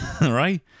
right